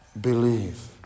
believe